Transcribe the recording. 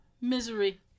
misery